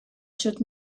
should